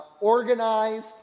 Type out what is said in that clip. organized